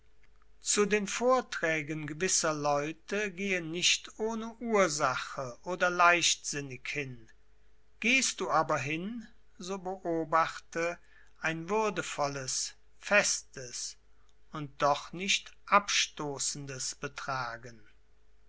zu den vorträgen gewisser leute gehe nicht ohne ursache oder leichtsinnig hin gehst du aber hin so beobachte ein würdevolles festes und doch nicht abstoßendes betragen